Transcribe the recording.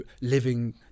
living